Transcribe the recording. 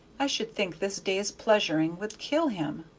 i should think this day's pleasuring would kill him.